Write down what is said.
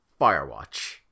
Firewatch